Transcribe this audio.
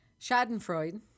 Schadenfreude